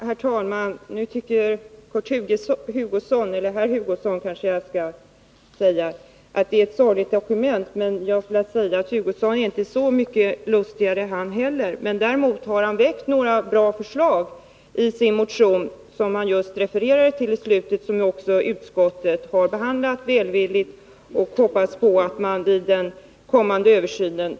Herr talman! Herr Hugosson tycker att propositionen är ett sorgligt dokument. Men herr Hugosson är inte så lustig han heller. Däremot har han i sin motion väckt några bra förslag som han refererade till i slutet av sitt anförande. Dem har utskottet också behandlat välvilligt. Utskottet hoppas att man tar fasta på dem vid den kommande översynen.